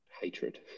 hatred